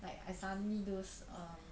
like I suddenly those um